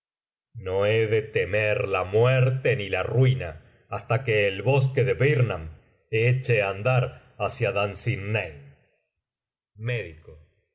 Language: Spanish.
no he de temer la muerte ni la ruina hasta que el bosque de birnam eche á andar hacia